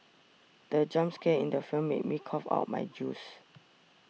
the jump scare in the film made me cough out my juice